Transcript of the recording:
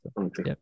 Okay